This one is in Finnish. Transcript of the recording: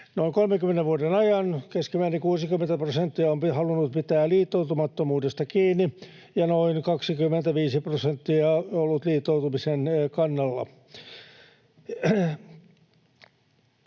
Noin 30 vuoden ajan keskimäärin 60 prosenttia on halunnut pitää liittoutumattomuudesta kiinni ja noin 25 prosenttia ollut liittoutumisen kannalla.